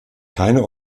keine